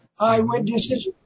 eyewitnesses